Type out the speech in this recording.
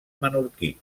menorquí